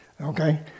Okay